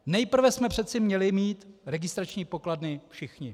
Nejprve jsme přece měli mít registrační pokladny všichni.